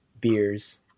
beers